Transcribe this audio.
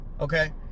okay